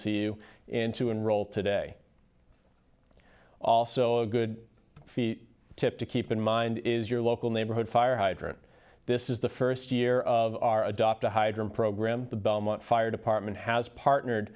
to you and to enroll today also a good feet tip to keep in mind is your local neighborhood fire hydrant this is the first year of our adopt a hydrant program the belmont fire department has partner